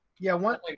yeah, one way.